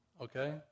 okay